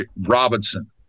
Robinson